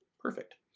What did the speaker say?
perfect.